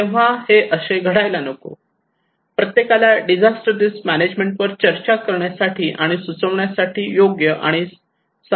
तेव्हा हे असे घडायला नको प्रत्येकाला डिझास्टर रिस्क मॅनेजमेंट वर चर्चा करण्यासाठी आणि सुचविण्यासाठी योग्य आणि समान अधिकार हवा